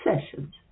sessions